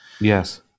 Yes